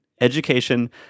education